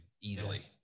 easily